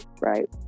right